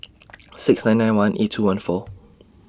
six nine nine one eight two one four